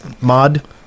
mod